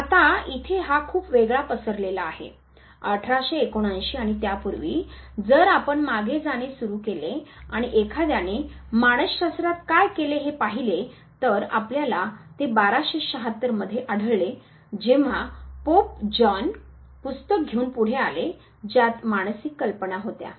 आता इथे हा खूप वेगळा पसरलेला आहे 1879 आणि त्यापूर्वी जर आपण मागे जाणे सुरू केले आणि एखाद्याने मानस शास्त्रात काय केले हे पहिले तर आपल्याला ते 1276 मध्ये आढळले जेव्हा पोप जॉन XXI पुस्तक घेऊन पुढे आले ज्यात मानसिक कल्पना होत्या